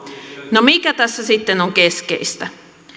no mikä tässä sitten on keskeistä